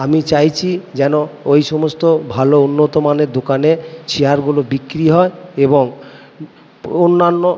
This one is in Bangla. আমি চাইছি যেন ওই সমস্ত ভালো উন্নত মানের দোকানে চেয়ারগুলো বিক্রি হয় এবং অন্যান্য